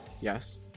yes